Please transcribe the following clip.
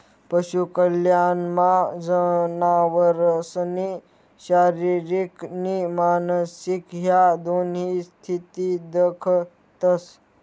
पशु कल्याणमा जनावरसनी शारीरिक नी मानसिक ह्या दोन्ही स्थिती दखतंस